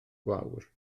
gwawr